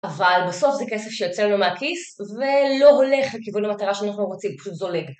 אבל בסוף זה כסף שיוצא לו מהכיס, ולא הולך לכיוון המטרה שאנחנו רוצים, פשוט זולג.